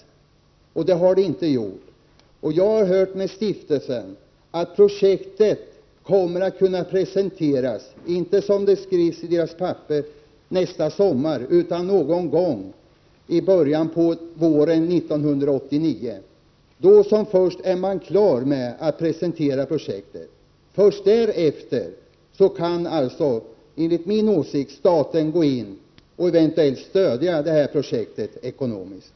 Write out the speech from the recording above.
Det har inte gjorts. Jag har hört med stiftelsen att projektet kommer att kunna presenteras, inte nästa sommar, som det står i skrivelsen, utan någon gång i början på våren 1989. Först därefter kan alltså staten gå in och eventuellt stödja projektet ekonomiskt.